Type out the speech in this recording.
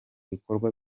bikorwa